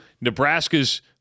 Nebraska's